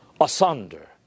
asunder